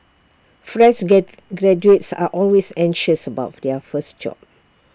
fresh get graduates are always anxious about their first job